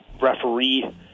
referee